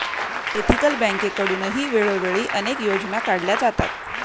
ethical बँकेकडूनही वेळोवेळी अनेक योजना काढल्या जातात